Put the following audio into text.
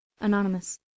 Anonymous